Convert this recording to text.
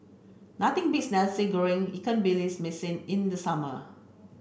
nothing beats Nasi Goreng Ikan billions Masin in the summer